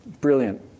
Brilliant